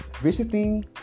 visiting